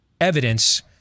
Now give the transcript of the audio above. evidence